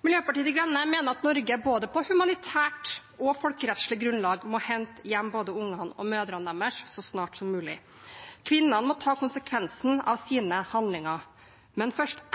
Miljøpartiet De Grønne mener at Norge både på humanitært og folkerettslig grunnlag må hente hjem både barna og mødrene deres så snart som mulig. Kvinnene må ta konsekvensene av sine handlinger, men først